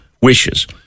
wishes